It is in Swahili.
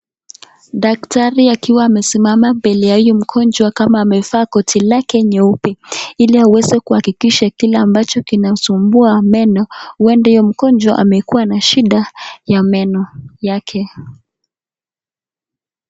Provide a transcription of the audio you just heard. Daktari akiwa amesimama mbele ya huyu mgonjwa kama amevaa koti lake nyeupe ili aweze kuhakikisha kile ambacho kinamsumbua meno huenda huyo mgonjwa amekuwa na shida ya meno yake.